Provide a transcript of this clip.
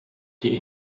die